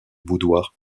boudoir